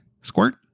Squirt